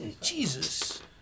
Jesus